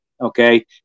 okay